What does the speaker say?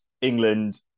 England